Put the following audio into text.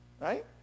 right